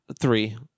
Three